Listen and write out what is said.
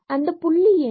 அந்த புள்ளி என்ன